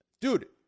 dude